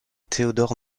theodor